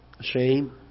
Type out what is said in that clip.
shame